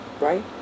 Right